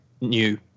new